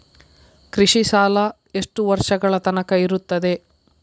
ಕೃಷಿ ಸಾಲ ಎಷ್ಟು ವರ್ಷ ತನಕ ಇರುತ್ತದೆ?